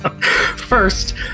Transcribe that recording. First